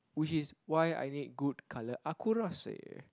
which is why I need good colour accuracy